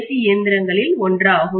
C இயந்திரங்களில் ஒன்றாகும்